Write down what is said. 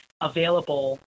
available